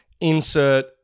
Insert